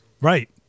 Right